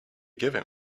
give